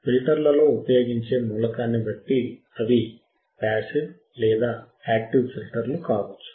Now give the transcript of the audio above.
ఫిల్టర్లలో ఉపయోగించే మూలకాన్ని బట్టి అవి పాసివ్ లేదా యాక్టివ్ ఫిల్టర్లు కావచ్చు